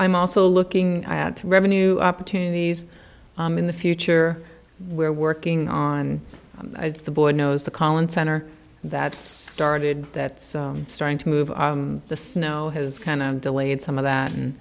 i'm also looking at revenue opportunities in the future we're working on the board knows the collins center that started that's starting to move the snow has kind of delayed some of that and